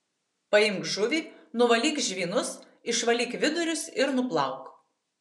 paimk žuvį nuvalyk žvynus išvalyk vidurius ir nuplauk